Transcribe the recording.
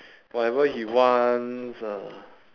whatever he wants uh